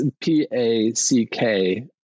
p-a-c-k